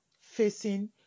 facing